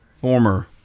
former